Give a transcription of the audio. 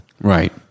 Right